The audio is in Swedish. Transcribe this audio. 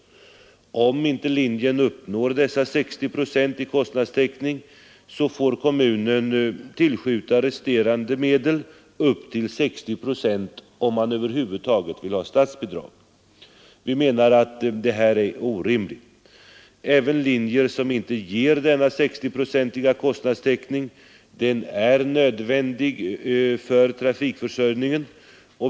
Om linjen inte uppnår dessa 60 procent i kostnadstäckning får kommunen tillskjuta resterande medel upp till 60 procent, om man över huvud taget vill ha statsbidrag. Vi menar att detta är orimligt. Även linjer som inte ger denna 60-procentiga kostnadstäckning är nödvändiga för trafikförsörjningen.